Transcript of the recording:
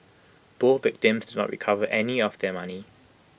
both victims did not recover any of their money